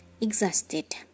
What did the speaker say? exhausted